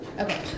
Okay